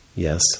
Yes